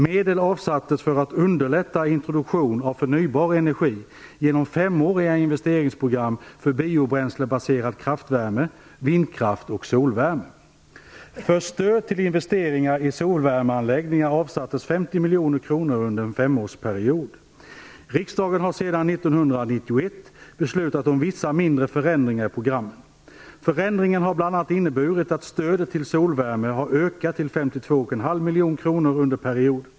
Medel avsattes för att underlätta introduktion av förnybar energi genom femåriga investeringsprogram för biobränslebaserad kraftvärme, vindkraft och solvärme. Riksdagen har sedan år 1991 beslutat om vissa mindre förändringar i programmen. Förändringen har bl.a. miljoner kronor under perioden.